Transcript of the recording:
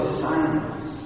silence